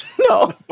No